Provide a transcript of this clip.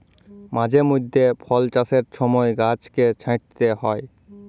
মাঝে মইধ্যে ফল চাষের ছময় গাহাচকে ছাঁইটতে হ্যয়